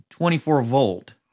24-volt